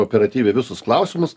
operatyviai visus klausimus